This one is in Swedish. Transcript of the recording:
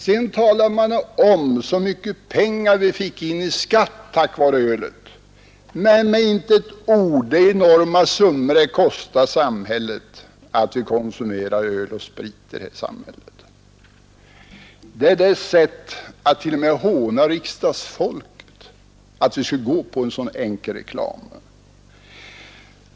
Sedan talar man om hur mycket pengar vi får in i skatt tack vare ölet, men inte ett ord om de enorma summor det kostar samhället att vi konsumerar öl och sprit. Det är att håna t.o.m. riksdagsfolket att tro att vi skulle falla för en sådan enkel reklam.